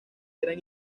eran